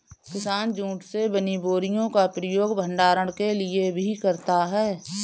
किसान जूट से बनी हुई बोरियों का प्रयोग भंडारण के लिए भी करता है